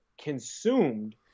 consumed